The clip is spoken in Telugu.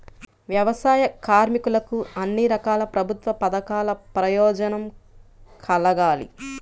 వ్యవసాయ కార్మికులకు అన్ని రకాల ప్రభుత్వ పథకాల ప్రయోజనం కలగాలి